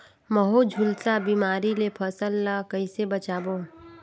महू, झुलसा बिमारी ले फसल ल कइसे बचाबो?